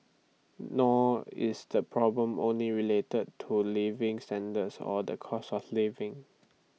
nor is the problem only related to living standards or the cost of living